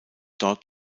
dort